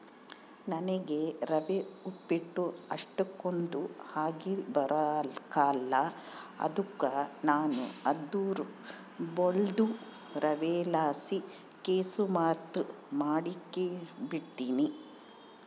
ನನಿಗೆ ರವೆ ಉಪ್ಪಿಟ್ಟು ಅಷ್ಟಕೊಂದ್ ಆಗಿಬರಕಲ್ಲ ಅದುಕ ನಾನು ಅದುರ್ ಬದ್ಲು ರವೆಲಾಸಿ ಕೆಸುರ್ಮಾತ್ ಮಾಡಿಕೆಂಬ್ತೀನಿ